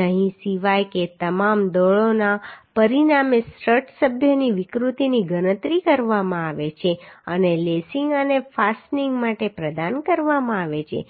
નહીં સિવાય કે તમામ દળોના પરિણામે સ્ટ્રટ સભ્યોની વિકૃતિની ગણતરી કરવામાં આવે છે અને લેસિંગ અને ફાસ્ટનિંગ માટે પ્રદાન કરવામાં આવે છે